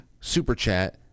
superchat